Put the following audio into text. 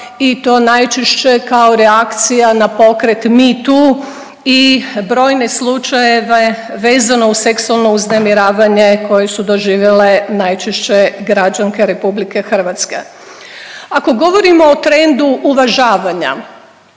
i to najčešće kao reakcija na pokret Me to i brojne slučajeve vezano uz seksualno uznemiravanje koje su doživjele najčešće građanke RH. Ako govorimo o trendu uvažavanja,